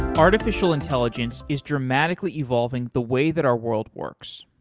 artificial intelligence is dramatically evolving the way that our world works,